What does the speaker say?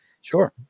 Sure